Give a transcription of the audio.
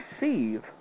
receive